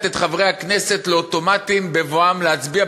את חברי הכנסת לאוטומטים בבואם להצביע,